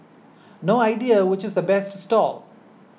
no idea which is the best stall